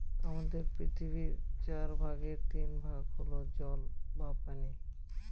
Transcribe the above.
আমাদের পৃথিবীর চার ভাগের তিন ভাগ হল জল বা পানি